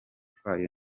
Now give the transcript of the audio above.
kwayo